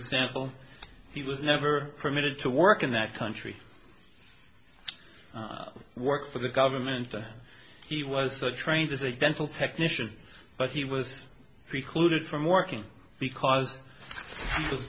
example he was never permitted to work in that country work for the government he was trained as a dental technician but he was precluded from working because